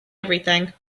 everything